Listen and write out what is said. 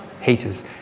heaters